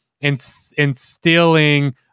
instilling